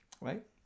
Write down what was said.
right